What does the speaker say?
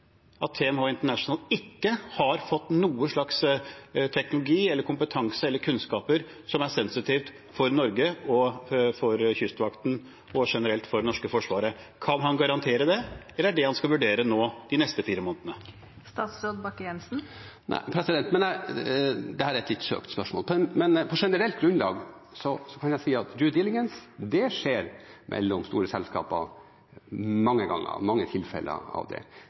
at TMH International ikke har fått noe slags teknologi, kompetanse eller kunnskap som er sensitiv for Norge, for Kystvakten og generelt for det norske forsvaret? Kan han garantere det, eller er det det han skal vurdere nå, de neste fire månedene? Dette er et litt søkt spørsmål, men på generelt grunnlag kan jeg si at «due diligence» skjer mellom store selskaper mange ganger, det er mange tilfeller av det.